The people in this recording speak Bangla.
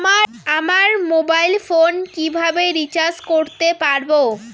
আমার মোবাইল ফোন কিভাবে রিচার্জ করতে পারব?